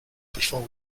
before